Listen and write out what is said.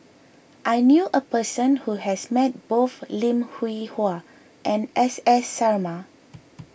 I knew a person who has met both Lim Hwee Hua and S S Sarma